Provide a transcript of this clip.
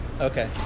Okay